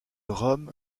rome